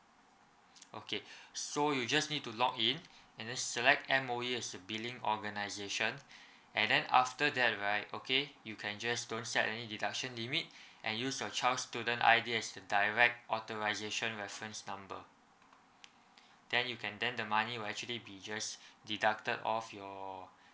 okay so you just need to lock in and then select M_O_E as a billing organisation and then after that right okay you can just don't set any deduction limit and use your child student I_D as the direct authorisation reference number then you can then the money will actually be jest deducted of your